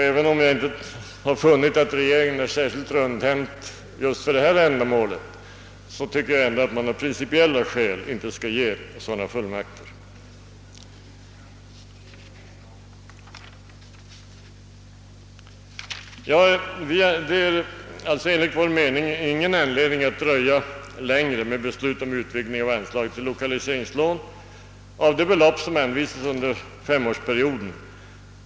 även om jag inte har funnit att regeringen är särskilt rundhänt just i fråga om det här ändamålet tycker jag, att man av principiella skäl inte skall ge sådana fullmakter. Enligt vår mening finns det ingen anledning att dröja längre med beslut om höjning av anslaget till lokaliseringslån.